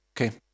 Okay